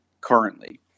currently